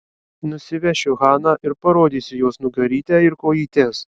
nusivešiu haną ir parodysiu jos nugarytę ir kojytes